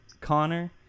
Connor